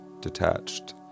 detached